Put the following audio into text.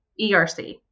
ERC